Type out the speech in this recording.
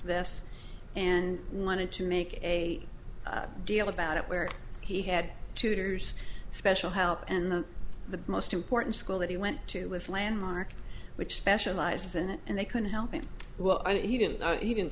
this and wanted to make a deal about it where he had tutors special help and the most important school that he went to with landmark which specializes in it and they couldn't help him well he didn't